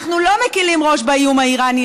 אנחנו לא מקילים ראש באיום האיראני,